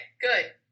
good